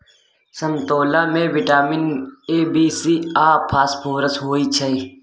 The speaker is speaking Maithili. समतोला मे बिटामिन ए, बी, सी आ फास्फोरस होइ छै